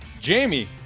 Jamie